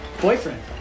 Boyfriend